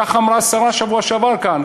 כך אמרה השרה בשבוע שעבר כאן,